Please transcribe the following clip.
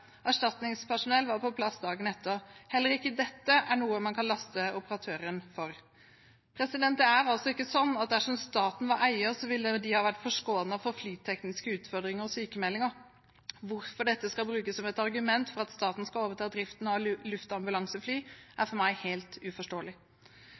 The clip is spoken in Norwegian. Erstatningspersonell var på plass dagen etter. Heller ikke dette er noe man kan laste operatøren for. Det er altså ikke sånn at dersom staten var eier, ville de ha vært forskånet for flytekniske utfordringer og sykmeldinger. Hvorfor dette skal brukes som et argument for at staten skal overta driften av luftambulansefly, er